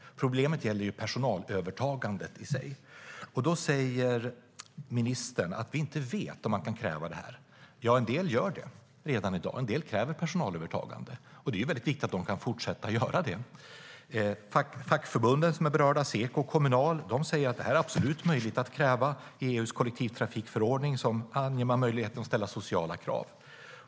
Problemet gäller personalövertagandet i sig. Ministern säger att hon inte vet om man kan kräva det här. En del gör detta redan i dag. En del kräver personalövertagande. Det är viktigt att de kan fortsätta att göra det. De fackförbund som är berörda, Seko och Kommunal, säger att det absolut är möjligt att kräva detta. I EU:s kollektivtrafikförordning anger man möjligheten att ställa sociala krav.